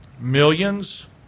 millions